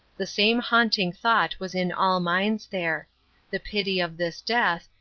the same haunting thought was in all minds there the pity of this death,